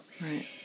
Right